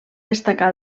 destacar